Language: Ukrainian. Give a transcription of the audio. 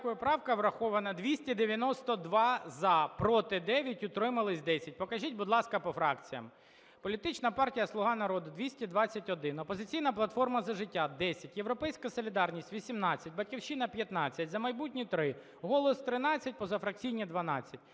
Дякую. Правка врахована. 292 – за, проти – 9, утримались – 10. Покажіть, будь ласка, по фракціям. Політична партія "Слуга народу" – 221, "Опозиційна платформа – За життя" – 10, "Європейська солідарність" – 18, "Батьківщина" – 15, "За майбутнє" – 3, "Голос" – 13, позафракційні – 12.